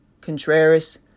Contreras